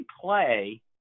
play